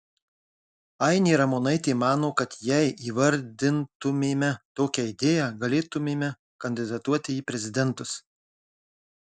ainė ramonaitė mano kad jei įvardintumėme tokią idėją galėtumėme kandidatuoti į prezidentus